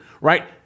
right